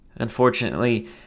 Unfortunately